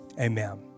amen